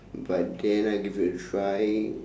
but then I give it a try